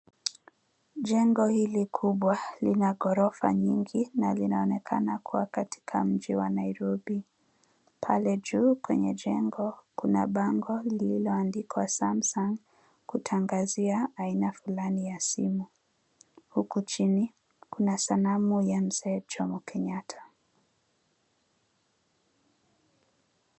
Jengo hili kubwa lina ghorofa nyingi na linaonekana kuwa katika mji wa Nairobi. Pale juu kwenye jengo kuna bango lililoandikwa SAMSUNG kutangazia aina fulani ya simu. Huku chini kuna sanamu ya Mzee Jomo Kenyatta.